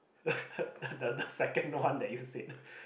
the the second one that you said